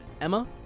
Emma